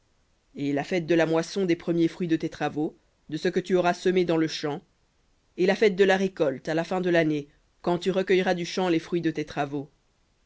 et la fête de la moisson des premiers fruits de tes travaux de ce que tu auras semé dans le champ et la fête de la récolte à la fin de l'année quand tu recueilleras du champ tes travaux